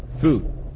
food